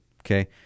Okay